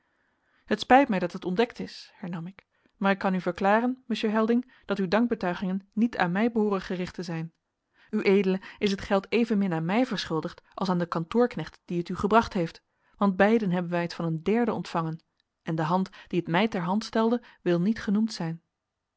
het spijt mij dat het ontdekt is hernam ik maar ik kan u verklaren monsieur helding dat uw dankbetuigingen niet aan mij behooren gericht te zijn ued is het geld evenmin aan mij verschuldigd als aan den kantoorknecht die het u gebracht heeft want beiden hebben wij het van een derde ontvangen en de hand die t mij ter hand stelde wil niet genoemd zijn